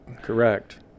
Correct